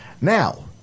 Now